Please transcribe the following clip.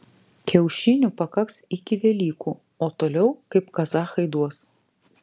kiaušinių pakaks iki velykų o toliau kaip kazachai duos